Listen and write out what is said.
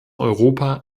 europa